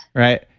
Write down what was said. right?